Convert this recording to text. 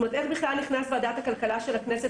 כלומר, איך בכלל נכנסה ועדת הכלכלה של הכנסת?